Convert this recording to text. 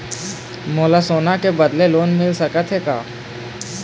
मोला सोना के बदले लोन मिल सकथे का?